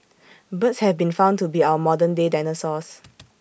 birds have been found to be our modern day dinosaurs